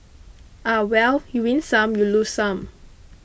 ah well you win some you lose some